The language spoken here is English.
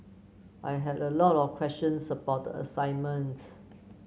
I had a lot of questions about the assignment